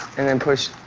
and then push